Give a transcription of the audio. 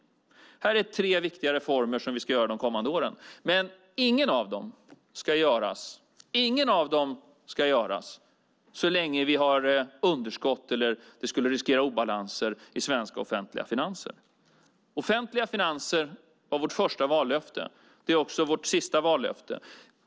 Det här är tre viktiga reformer som vi ska göra de kommande åren, men ingen av dem ska göras så länge vi har underskott eller om det skulle riskera obalanser i svenska offentliga finanser. Offentliga finanser var vårt första vallöfte, och de är också vårt sista vallöfte.